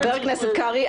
חבר הכנסת קרעי,